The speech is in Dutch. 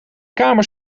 kamer